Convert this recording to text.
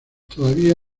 todavía